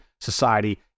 society